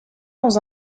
dans